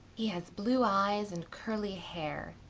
he has blue eyes and curly hair.